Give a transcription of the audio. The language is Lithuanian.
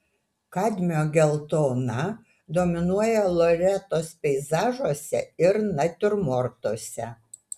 kadmio geltona dominuoja loretos peizažuose ir natiurmortuose